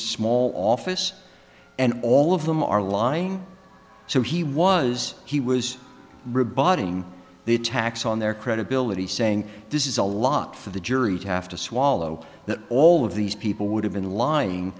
small office and all of them are lying so he was he was rebutting the attacks on their credibility saying this is a lot for the jury to have to swallow that all of these people would have been lying